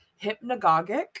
hypnagogic